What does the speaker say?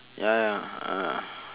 ya ya uh